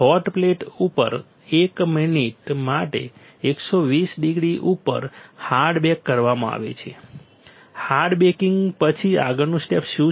hot plate ઉપર 1 minute 120 degree ઉપર hard bake કરવામાં આવે છે હાર્ડ બેકિંગ પછી આગળનું સ્ટેપ શું છે